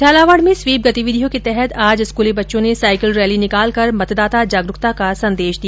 झालावाड़ में स्वीप गतिविधियों के तहत आज स्कूली बच्चों ने साइकिल रैली निकालकर मतदाता जागरुकता का संदेश दिया